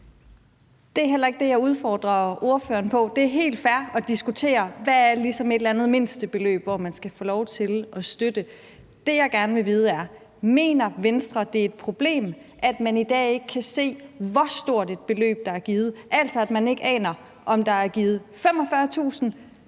Det er heller ikke det, jeg udfordrer ordføreren på. Det er helt fair at diskutere, hvad mindstebeløbet er, som man skal kunne få lov til at støtte med. Det, jeg gerne vide, er: Mener Venstre, at det er et problem, at man i dag ikke kan se, hvor stort et beløb der er givet, altså at man ikke aner, om der er givet 45.000